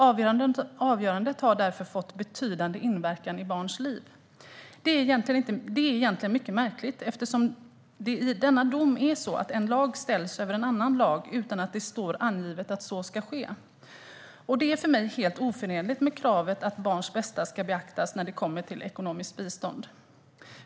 Avgörandet har därför fått betydande inverkan i barns liv. Det är egentligen mycket märkligt eftersom en lag i denna dom ställs över en annan lag utan att det står angivet att så ska ske. Det är för mig helt oförenligt med kravet att barns bästa ska beaktas när det gäller ekonomiskt bistånd.